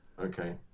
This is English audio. Okay